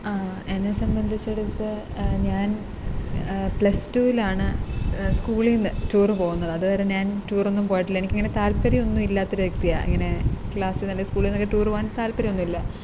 എന്നെ സംബന്ധിച്ചെടുത്താൽ ഞാൻ പ്ലസ്ടുവിലാണ് സ്കൂളിൽ നിന്ന് ടൂറ് പോകുന്നത് അത് വരെ ഞാൻ ടൂറൊന്നും പോയിട്ടില്ല എനിക്ക് ഇങ്ങനെ താൽപ്പര്യം ഒന്നുമില്ലത്ത ഒരു വ്യക്തിയാണ് ഇങ്ങനെ ക്ലാസിൽ നിന്നല്ല സ്കൂളിൽ നിന്നൊക്കെ ടൂറ് പോകാൻ താൽപ്പര്യമൊന്നുമില്ല